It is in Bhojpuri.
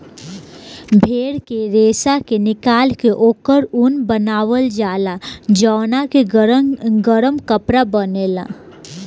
भेड़ के रेशा के निकाल के ओकर ऊन बनावल जाला जवना के गरम कपड़ा बनेला